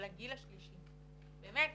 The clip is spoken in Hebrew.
הגיל השלישי באמת.